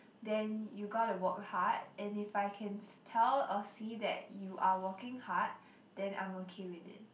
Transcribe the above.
then you gotta work hard and if I can tell or see that you are working hard then I'm okay with it